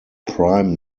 prime